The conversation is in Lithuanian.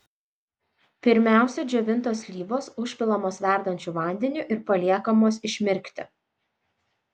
pirmiausia džiovintos slyvos užpilamos verdančiu vandeniu ir paliekamos išmirkti